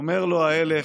אומר לו ההלך: